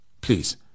Please